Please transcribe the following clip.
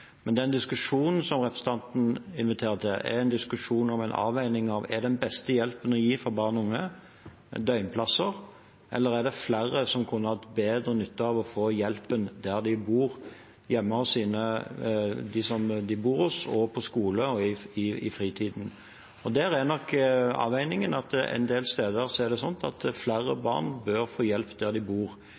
Men den diskusjonen som representanten Andersen inviterer til, er en diskusjon om en avveining av om den beste hjelpen å gi til barn og unge er døgnplasser, eller om det er flere som kunne hatt bedre nytte av å få hjelpen der de bor, hjemme, på skolen og i fritiden. Der er nok avveiningen at en del steder bør flere barn få hjelp der de bor. For barn og unge er